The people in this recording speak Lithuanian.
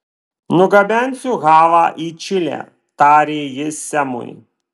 nugabensiu halą į čilę tarė ji semui